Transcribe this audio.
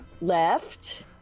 left